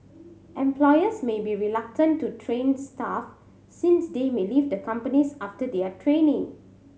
employers may be reluctant to train staff since they may leave the companies after their training